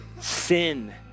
Sin